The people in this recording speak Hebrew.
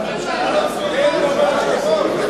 לא צריך, הממשלה לא צריכה.